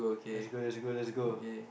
let's go let's go let's go